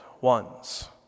ones